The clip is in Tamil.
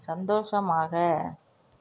சந்தோஷமாக